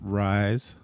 rise